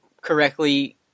correctly